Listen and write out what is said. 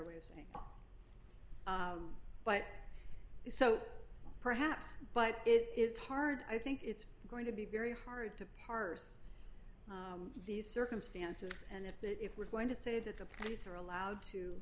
way of saying but so perhaps but it is hard i think it's going to be very hard to parse these circumstances and if that if we're going to say that the police are allowed to